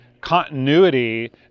continuity